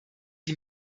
die